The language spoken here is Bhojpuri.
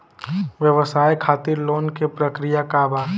व्यवसाय खातीर लोन के प्रक्रिया का बा?